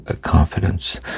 confidence